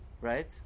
Right